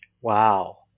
Wow